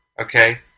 okay